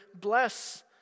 bless